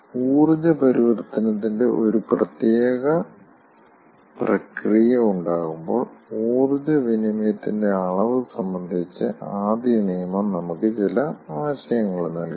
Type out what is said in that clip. ഊർജ്ജ പരിവർത്തനത്തിന്റെ ഒരു പ്രത്യേക പ്രക്രിയ ഉണ്ടാകുമ്പോൾ ഊർജ്ജ വിനിമയത്തിന്റെ അളവ് സംബന്ധിച്ച് ആദ്യ നിയമം നമുക്ക് ചില ആശയങ്ങൾ നൽകുന്നു